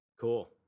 Cool